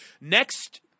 next